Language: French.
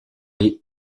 des